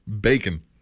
Bacon